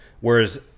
Whereas